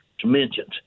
dimensions